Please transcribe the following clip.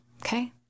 okay